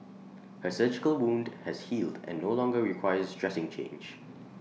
her surgical wound has healed and no longer requires dressing change